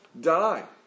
die